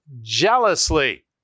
jealously